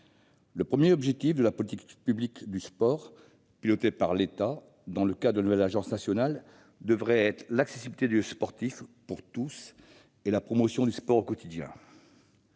Le premier objectif de la politique publique du sport, pilotée par l'État dans le cadre de la nouvelle Agence nationale du sport, devrait être l'accessibilité des lieux sportifs pour tous et la promotion du sport au quotidien.